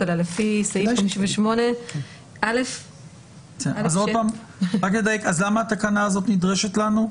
עליה לפי סעיף 58א. אז למה התקנה הזאת נדרשת לנו?